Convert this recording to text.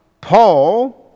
Paul